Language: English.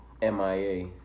MIA